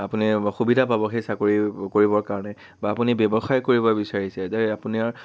আপুনি সুবিধা পাব সেই চাকৰি কৰিবৰ কাৰণে বা আপুনি ব্যৱসায় কৰিব বিচাৰিছে দে আপোনাৰ